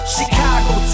Chicago